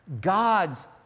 God's